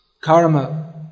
Karma